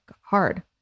hard